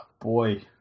boy